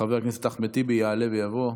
חבר הכנסת אחמד טיבי יעלה ויבוא.